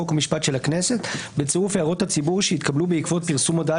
חוק ומשפט של הכנסת בצירוף הערות הציבור שהתקבלו בעקבות פרסום הודעה